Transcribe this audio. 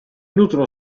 nutrono